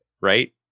Right